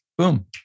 Boom